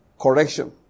Correction